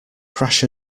crash